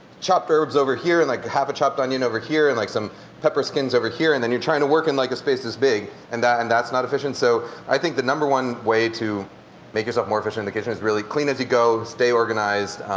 chopped herbs over here, and like i have a chopped onion over here, and like some pepper skins over here. and then you're trying to work in like a space this big and and that's not efficient. so i think the number one way to make yourself more efficient in the kitchen is really clean as you go, stay organized,